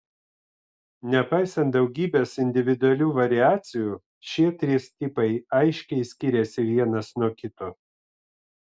nepaisant daugybės individualių variacijų šie trys tipai aiškiai skiriasi vienas nuo kito